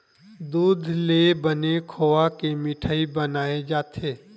दूद ले बने खोवा के मिठई बनाए जाथे